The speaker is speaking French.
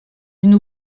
une